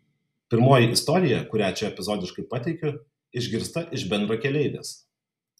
pirmoji istorija kurią čia epizodiškai pateikiu išgirsta iš bendrakeleivės